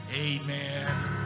amen